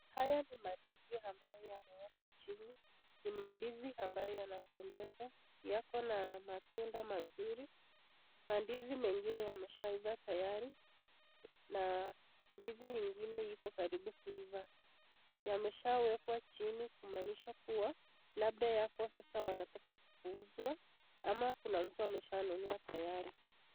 Haya ni mandizi ambayo yamewekwa chini. Ni mandizi ambayo yanapendeza, yako na matunda mazuri. Mandizi mengine yameshaiva tayari na ndizi ingine iko karibu kuiva. Yameshawekwa chini kumaanisha kuwa labda yako sasa wanataka kuuzwa ama kuna mtu ameshanunua tayari.